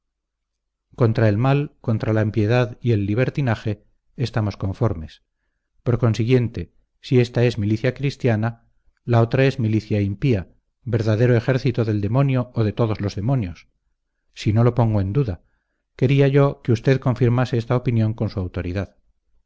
contra el mal contra la impiedad y el libertinaje estamos conformes por consiguiente si ésta es milicia cristiana la otra es milicia impía verdadero ejército del demonio o de todos los demonios si no lo pongo en duda quería yo que usted confirmase esta opinión con su autoridad